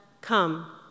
Come